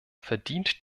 verdient